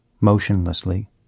motionlessly